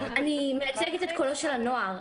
אני מייצגת את קולו של הנוער,